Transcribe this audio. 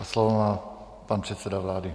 Slovo má pan předseda vlády.